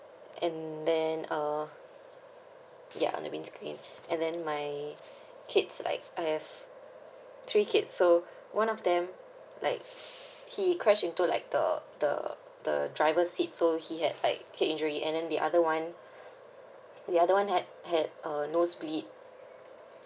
and then uh ya on the windscreen and then my kids like I have three kids so one of them like he crashed into like the the the driver seat so he had like head injury and then the other one the other one had had uh nose bleed